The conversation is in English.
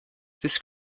this